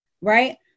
right